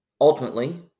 ultimately